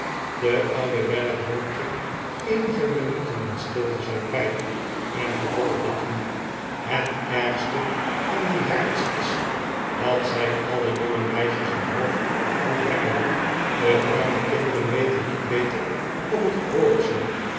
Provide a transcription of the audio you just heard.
de oude weller rookte eenige minuten in stilte zijn pijp en vervolgde toen het ergste van die herders is dat zij alle jonge meisjes het hoofd op hoi brengen de arme kinderen weten niet beter of het hoort zoo